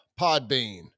Podbean